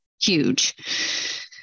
huge